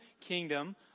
kingdom